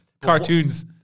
Cartoons